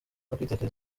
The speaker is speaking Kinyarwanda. kwitekerezaho